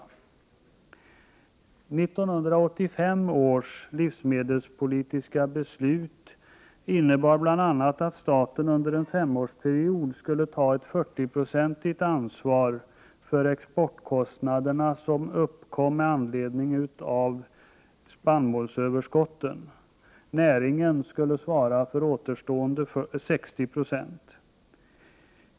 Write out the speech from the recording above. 15 1985 års livsmedelspolitiska beslut innebar bl.a. att staten under en femårsperiod skulle ta ett 40-procentigt ansvar för de exportkostnader som uppkom med anledning av spannmålsöverskotten. Näringen skulle svara för återstående 60 90.